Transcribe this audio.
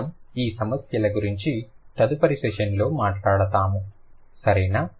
మనము ఈ సమస్యల గురించి తదుపరి సెషన్లో మాట్లాడుతాము సరేనా